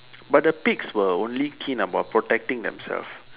but the pigs were only keen about protecting themselves